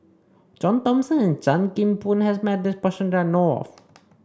John Thomson and Chan Kim Boon has met this person that I know of